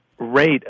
rate